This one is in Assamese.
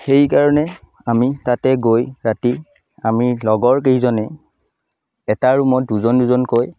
সেইকাৰণে তাতে গৈ ৰাতি আমি লগৰ কেইজনে এটা ৰূমত দুজন দুজনকৈ